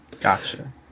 Gotcha